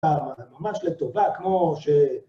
ממש לטובה כמו ש...